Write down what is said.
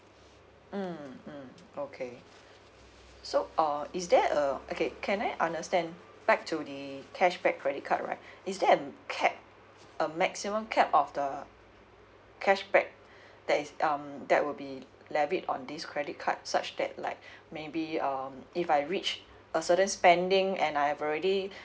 mm mm okay so uh is there uh okay can I understand back to the cashback credit card right is there a cap a maximum cap of the cashback there is um that will be levied on this credit card such that like maybe um if I reach a certain spending and I've already